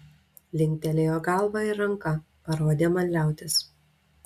linktelėjo galva ir ranka parodė man liautis